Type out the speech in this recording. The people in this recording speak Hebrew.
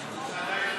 שזה הגירעון?